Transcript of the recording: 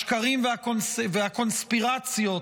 השקרים והקונספירציות